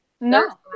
No